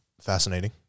Fascinating